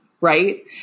right